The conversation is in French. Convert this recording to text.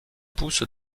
poussent